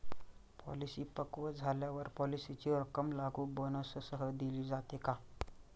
Policy पक्व झाल्यावर पॉलिसीची रक्कम लागू बोनससह दिली जाते का?